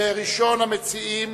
וראשון המציעים